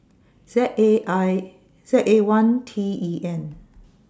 Z A I Z A one T E N